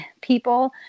people